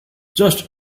just